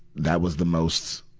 that was the most,